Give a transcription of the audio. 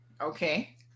okay